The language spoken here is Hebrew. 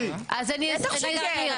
בטח שכן.